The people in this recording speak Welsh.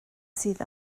sydd